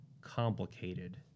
complicated